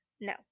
No